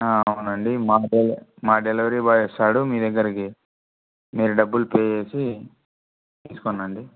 అవునండి మాడె మా డెలివరీ బాయ్ వస్తాడు మీ దగ్గరికి మీరు డబ్బులు పే చేసి తీసుకొండి